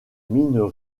mines